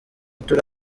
turi